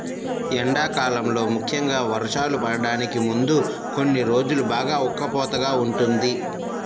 ఎండాకాలంలో ముఖ్యంగా వర్షాలు పడటానికి ముందు కొన్ని రోజులు బాగా ఉక్కపోతగా ఉంటుంది